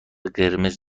قرمز